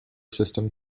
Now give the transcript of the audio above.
system